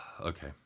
Okay